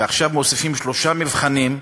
ועכשיו מוסיפים, שלושה מבחנים.